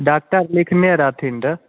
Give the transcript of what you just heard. doctor लिखने रहथिन रऽ